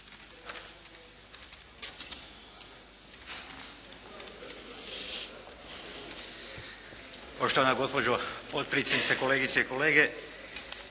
Poštovani gospodine potpredsjedniče, kolegice i kolege.